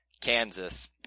Kansas